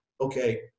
okay